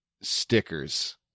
stickers